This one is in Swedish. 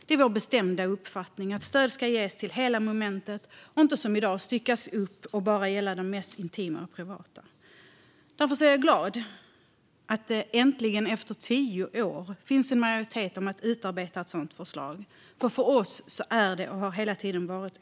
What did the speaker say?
Det är vår bestämda uppfattning att stöd ska ges till hela momentet och inte som i dag styckas upp och bara gälla det mest intima och privata. Därför är jag glad över att det äntligen, efter tio år, finns majoritet för att utarbeta ett sådant förslag. För oss är detta en viktig fråga, och det har det hela tiden varit.